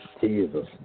Jesus